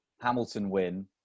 Hamilton-Win